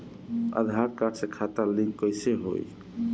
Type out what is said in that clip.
आधार card से खाता link कईसे होई?